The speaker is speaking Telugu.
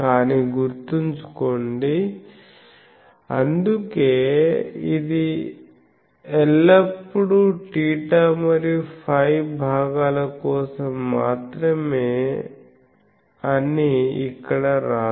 కానీ గుర్తుంచుకోండి అందుకే ఇది ఎల్లప్పుడూ θ మరియు φ భాగాల కోసం మాత్రమే అని ఇక్కడ వ్రాస్తాము